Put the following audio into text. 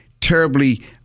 terribly